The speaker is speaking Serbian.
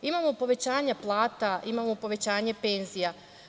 Imamo povećanje plata, imamo povećanje penzija.